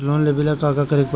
Loan लेबे ला का करे के पड़ी?